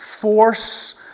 force